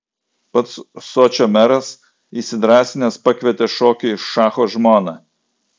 pats sočio meras įsidrąsinęs pakvietė šokiui šacho žmoną